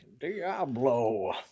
Diablo